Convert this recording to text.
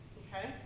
okay